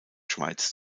schweiz